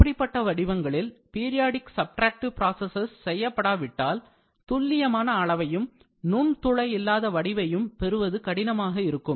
அப்படிப்பட்ட வடிவங்களில் periodic subtractive processes செய்யப்படாவிட்டால்துல்லியமான அளவையும் நுண்துளை இல்லாத வடிவையும் பெறுவது கடினமாக இருக்கும்